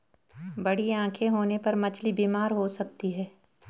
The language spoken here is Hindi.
बड़ी आंखें होने पर मछली बीमार हो सकती है